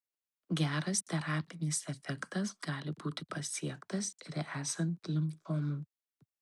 geras terapinis efektas gali būti pasiektas ir esant limfomų